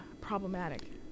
problematic